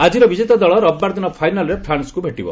ଆଜିର ବିଜେତା ଦଳ ରବିବାର ଦିନ ଫାଇନାଲରେ ଫ୍ରାନ୍ୱକୁ ଭେଟିବ